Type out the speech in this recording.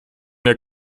der